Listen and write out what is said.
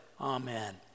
amen